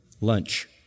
lunch